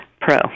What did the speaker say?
pro